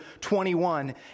21